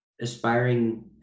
aspiring